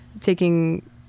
taking